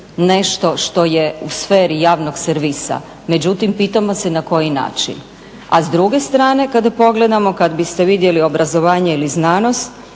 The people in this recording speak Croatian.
nešto što je u sferi javnog servisa. Međutim, pitamo se na koji način. A s druge strane kada pogledamo, kad biste vidjeli obrazovanje ili znanost